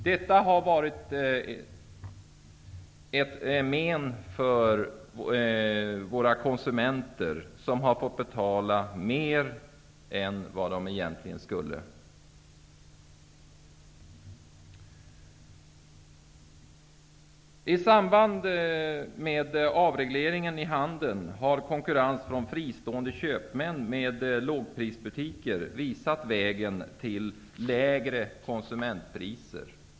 Detta har varit ett men för våra konsumenter som har fått betala mer än vad de egentligen skulle. I samband med avregleringen i handeln har konkurrens från fristående köpmän med lågprisbutiker visat vägen till lägre konsumentpriser.